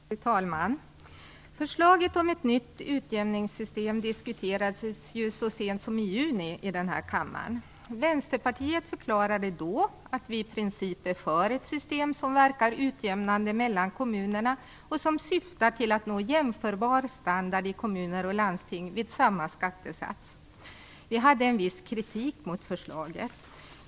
Fru talman! Förslaget om ett nytt utjämningssystem diskuterades ju så sent som i juni i den här kammaren. Vänsterpartiet förklarade då att vi i princip är för ett system som verkar utjämnande mellan kommunerna och som syftar till att nå jämförbar standard i kommuner och landsting vid samma skattesats. Vi hade en viss kritik mot förslaget.